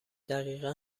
دقیقا